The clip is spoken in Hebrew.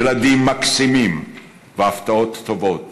ילדים מקסימים והפתעות טובות